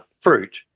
fruit